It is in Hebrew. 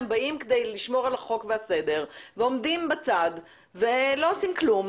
הם באים כדי לשמור על החוק והסדר ועומדים בצד ולא עושים כלום,